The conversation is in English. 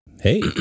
hey